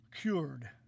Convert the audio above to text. cured